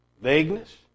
Vagueness